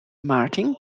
martin